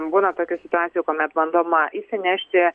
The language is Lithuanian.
būna tokių situacijų kuomet bandoma įsinešti